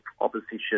opposition